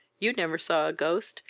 you never saw a ghost,